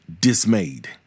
dismayed